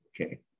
Okay